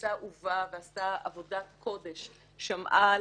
שהתקבצה ובאה ועשתה עבודת קודש - שמעה,